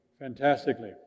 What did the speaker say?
fantastically